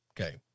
Okay